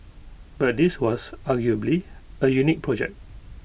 but this was arguably A unique project